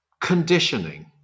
conditioning